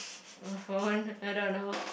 my phone I don't know